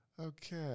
Okay